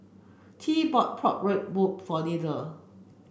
Tea bought pork rib for Tilda